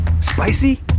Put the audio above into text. Spicy